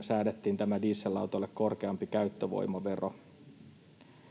säädettiinkin tämä dieselautoille korkeampi käyttövoimavero.